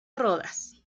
rodas